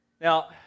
Now